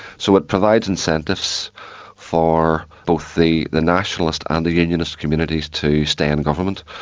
so it provides incentives for both the the nationalist and the unionist communities to stay in government.